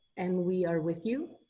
and we are with you.